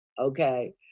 Okay